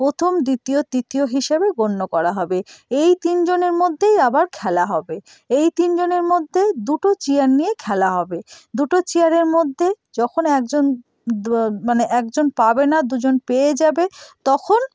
প্রথম দ্বিতীয় তৃতীয় হিসাবে গণ্য করা হবে এই তিনজনের মধ্যেই আবার খেলা হবে এই তিনজনের মধ্যেই দুটো চেয়ার নিয়ে খেলা হবে দুটো চেয়ারের মধ্যে যখন একজন মানে একজন পাবে না দুজন পেয়ে যাবে তখন